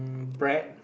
brat